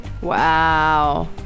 Wow